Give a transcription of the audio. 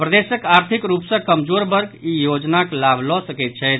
प्रदेशक आर्थिक रूप सॅ कमजोर वर्ग ई योजनाक लाभ लऽ सकैत छथि